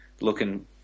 looking